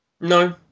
No